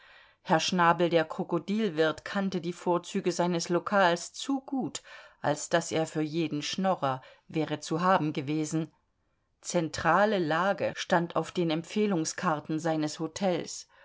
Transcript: herr schnabel der krokodilwirt kannte die vorzüge seines lokals zu gut als daß er für jeden schnorrer wäre zu haben gewesen centrale lage stand auf den empfehlungskarten seines hotels